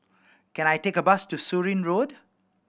can I take a bus to Surin Road